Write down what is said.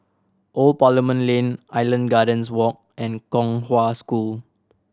Old Parliament Lane Island Gardens Walk and Kong Hwa School